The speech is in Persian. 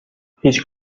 هیچ